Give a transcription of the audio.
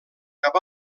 cap